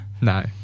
No